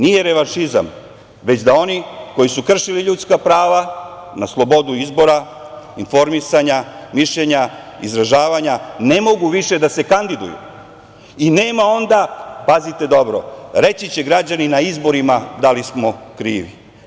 Nije revanšizam, već da oni koji su kršili ljudska prava na slobodu izbora, informisanja, mišljenja, izražavanja, ne mogu više da se kandiduju i nema onda, pazite dobro, reći će građani na izborima da li smo krivi.